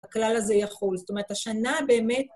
הכלל הזה יכול. זאת אומרת, השנה באמת...